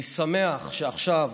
אני שמח שעכשיו,